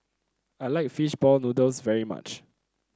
I like fish ball noodles very much